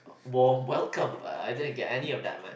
warm welcome but I didn't get any of that man